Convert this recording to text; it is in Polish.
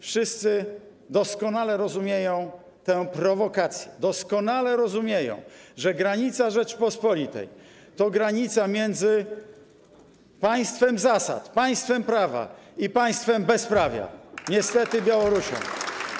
Wszyscy doskonale rozumieją tę prowokację, doskonale rozumieją, że granica Rzeczypospolitej to granica między państwem zasad, państwem prawa a państwem bezprawia, niestety, Białorusią.